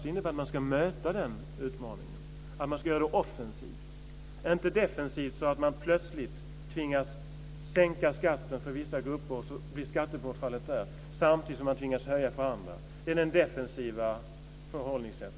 Den innebär att man ska möta utmaningen och att man ska göra det offensivt - inte defensivt så att man plötsligt tvingas sänka skatten för vissa grupper där det blir skattebortfall, samtidigt som man tvingas höja skatten för andra. Det är det defensiva förhållningssättet.